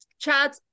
chad